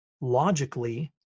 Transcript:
Logically